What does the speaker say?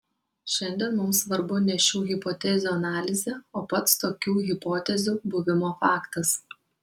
šiandien mums svarbu ne šių hipotezių analizė o pats tokių hipotezių buvimo faktas